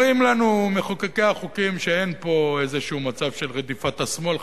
אומרים לנו מחוקקי החוקים שאין פה איזה מצב של רדיפת השמאל,